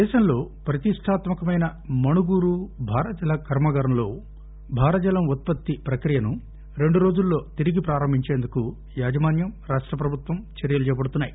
దేశంలో ప్రతిష్టాత్మకమైన మణుగూరు భారజల కర్మాగారంలో భారజలం ఉత్పత్తి ప్రక్రియను రెండు రోజుల్లో తిరిగి ప్రారంభించేందుకు యాజమాన్యం రాష్ట ప్రభుత్వం చర్యలు చేపడుతున్నాయి